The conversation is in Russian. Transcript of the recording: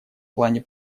плане